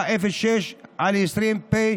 פ/5706/20,